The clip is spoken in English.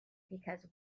because